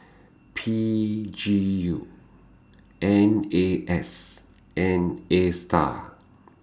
P G U N A S and ASTAR